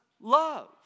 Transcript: love